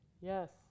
Yes